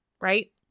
right